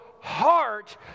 heart